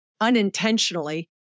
unintentionally